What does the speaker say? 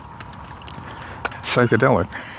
psychedelic